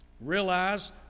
Realize